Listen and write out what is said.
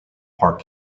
park